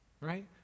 right